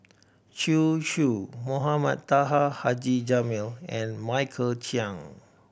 Zhu Xu Mohamed Taha Haji Jamil and Michael Chiang